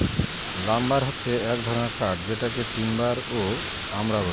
lumber হছে এক ধরনের কাঠ যেটাকে টিম্বার ও আমরা বলি